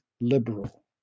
liberal